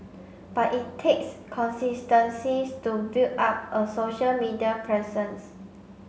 but it takes consistencies to build up a social media presence